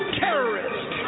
terrorist